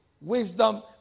Wisdom